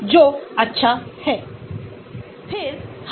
तो यह एक descriptor है जिसका हम कई बार उपयोग करते हैं